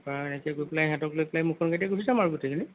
অঁ এনেকৈ গৈ পেলাই সিহঁতক লৈ পেলাই মোৰখন গাড়ীতে গুচি যাম আৰু গোটেইখিনি